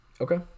Okay